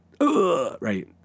Right